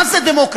מה זה דמוקרטיה,